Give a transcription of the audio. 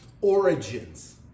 origins